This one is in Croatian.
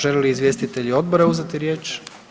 Žele li izvjestitelji odbora uzeti riječ?